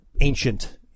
ancient